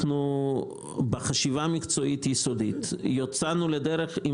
בחשיבה המקצועית והיסודית יצאנו לדרך עם